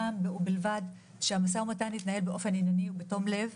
ובלבד שהמשא ומתן יתנהל באופן ענייני ובתום-לב,